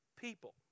people